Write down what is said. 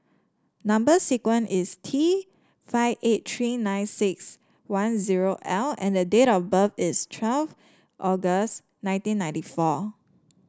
number sequence is T five eight three nine six one zero L and the date of birth is twelve August nineteen ninety four